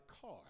car